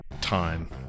time